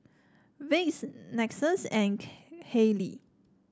Vicks Lexus and Haylee